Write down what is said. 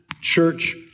church